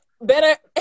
better